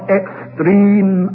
extreme